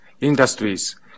industries